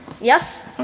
Yes